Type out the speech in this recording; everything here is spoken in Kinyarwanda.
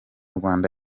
rwanda